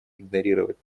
игнорировать